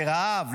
לרעב,